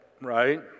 right